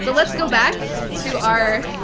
so let's go back to our